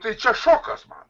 tai čia šokas man